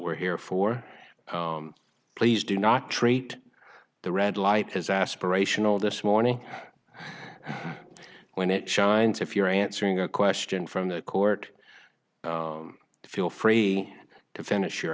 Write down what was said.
we're here for please do not treat the red light as aspirational this morning when it shines if you're answering a question from the court feel free to finish your